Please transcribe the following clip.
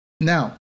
Now